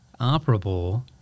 operable